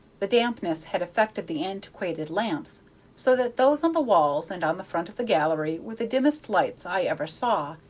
the dampness had affected the antiquated lamps so that those on the walls and on the front of the gallery were the dimmest lights i ever saw,